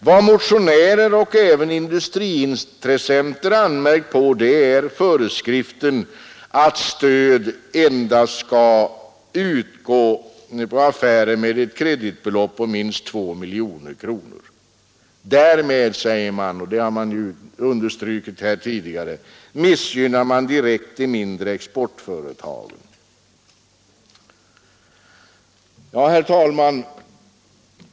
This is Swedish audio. Vad motionärer och även industriintressenter anmärkt på är föreskriften att stöd endast skall utgå på affärer med ett kreditbelopp på minst 2 miljoner kronor. Därmed säger man — det har man understrukit tidigare — missgynnar man direkt de mindre exportföretagen. Herr talman!